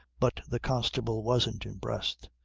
but the constable wasn't impressed.